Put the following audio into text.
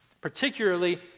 particularly